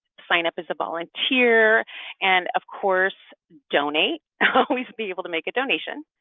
sign up as a volunteer and of course, donate always be able to make a donation.